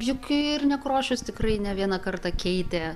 juk ir nekrošius tikrai ne vieną kartą keitė